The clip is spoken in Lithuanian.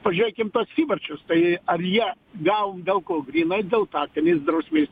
pažėkim tuos įvarčius tai ar jie gavom dėl ko grynai dėl taktinės drausmės